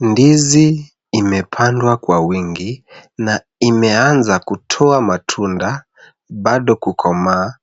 Ndizi imepandwa kwa wingi na imeanzakutoa matunda bado kukomaa.